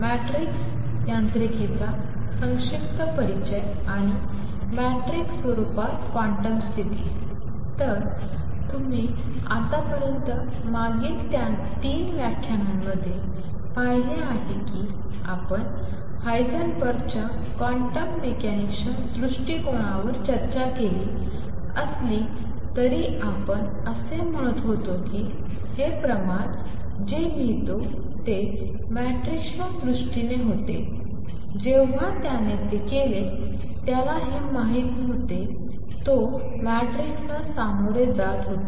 matrix यांत्रिकीचा संक्षिप्त परिचय आणि मॅट्रिक्स स्वरूपात क्वांटम स्थिती तर तुम्ही आतापर्यंत मागील 3 व्याख्यानांमध्ये पाहिले आहे की आपण हायसेनबर्गच्या क्वांटम मेकॅनिक्सच्या दृष्टिकोनावर चर्चा केली असली तरी आपण असे म्हणत होतो की हे प्रमाण जे लिहितो ते मॅट्रिक्सच्या दृष्टीने होते जेव्हा त्याने ते केले त्याला हे माहित नव्हते तो मॅट्रिक्सला सामोरे जात होता